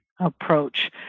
approach